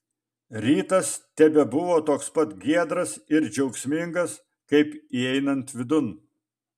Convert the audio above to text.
rytas tebebuvo toks pat giedras ir džiaugsmingas kaip įeinant vidun